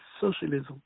Socialism